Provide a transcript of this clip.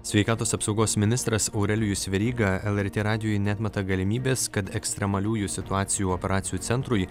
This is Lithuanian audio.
sveikatos apsaugos ministras aurelijus veryga lrt radijui neatmeta galimybės kad ekstremaliųjų situacijų operacijų centrui